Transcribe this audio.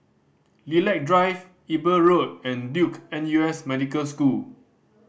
Lilac Drive Eber Road and Duke N U S Medical School